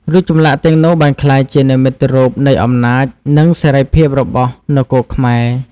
រូបចម្លាក់ទាំងនោះបានក្លាយជានិមិត្តរូបនៃអំណាច និងសិរីភាពរបស់នគរខ្មែរ។